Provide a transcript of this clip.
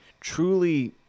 truly